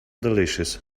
delicious